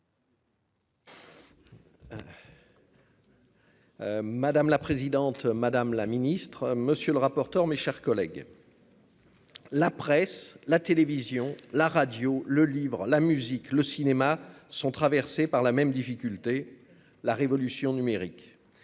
Madame la présidente, madame la ministre, monsieur le rapporteur, mes chers collègues. La presse, la télévision, la radio, le livre, la musique, le cinéma sont traversés par la même difficulté : la révolution numérique,